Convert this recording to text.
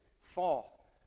fall